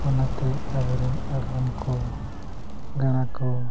ᱚᱱᱟᱛᱮ ᱟᱵᱚᱨᱮᱱ ᱟᱜᱟᱢ ᱠᱚ ᱜᱟᱬᱟ ᱠᱚ